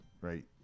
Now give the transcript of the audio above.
right